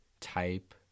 type